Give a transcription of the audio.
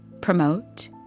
promote